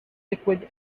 liquid